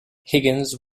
higgins